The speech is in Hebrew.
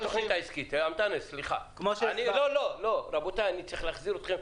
אני צריך להחזיר אתכם.